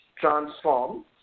transform